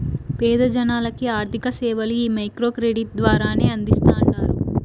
పేద జనాలకి ఆర్థిక సేవలు ఈ మైక్రో క్రెడిట్ ద్వారానే అందిస్తాండారు